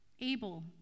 able